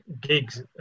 gigs